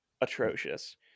atrocious